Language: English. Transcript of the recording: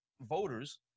voters